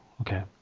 Okay